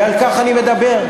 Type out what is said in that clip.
ועל כך אני מדבר.